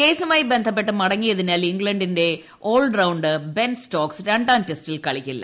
കേസുമായി ബന്ധപ്പെട്ട് മടങ്ങിയതിനാൽ ഇംഗ്ലണ്ടിന്റെ ഓൾ റൌണ്ടർ ബെൻ സ്റ്റോക്സ് രണ്ടാം ടെസ്റ്റിൽ കളിക്കില്ല